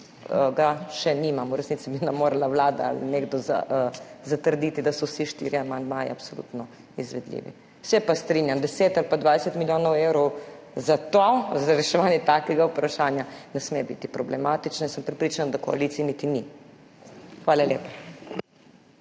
ga še nimamo. V resnici bi morala vlada ali nekdo zatrditi, da so vsi štirje amandmaji absolutno izvedljivi. Se pa strinjam, 10 ali pa 20 milijonov evrov za reševanje takega vprašanja ne sme biti problematično, in sem prepričana, da koaliciji niti ni. Hvala lepa.